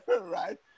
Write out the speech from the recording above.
Right